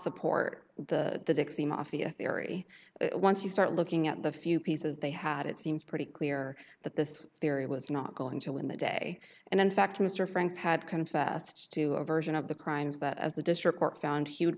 support the dixie mafia theory once you start looking at the few pieces they had it seems pretty clear that this theory was not going to win the day and in fact mr franks had confessed to a version of the crimes that as the district